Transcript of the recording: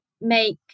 make